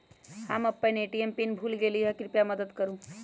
हम अपन ATM pin भूल गेली ह, कृपया मदत करू